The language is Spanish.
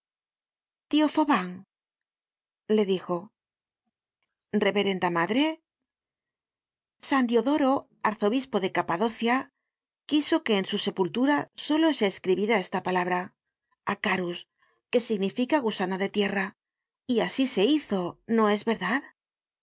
google book search generated at reverenda madre san diodoro arzobispo de capadocia quiso que en su sepultura solo se escribiera esta palabra acarus que significa gusano de tierra y asi se hizo no es verdad